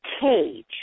cage